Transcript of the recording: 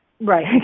Right